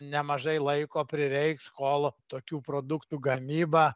nemažai laiko prireiks kol tokių produktų gamyba